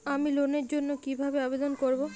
আমি লোনের জন্য কিভাবে আবেদন করব?